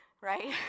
right